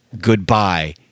goodbye